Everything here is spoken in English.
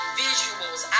visuals